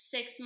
Six